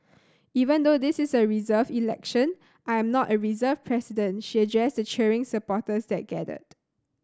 even though this is a reserved election I am not a reserved president she addressed the cheering supporters that gathered